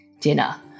dinner